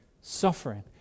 Suffering